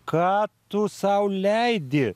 ką tu sau leidi